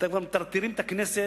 אתם כבר מטרטרים את הכנסת